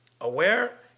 aware